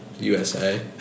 USA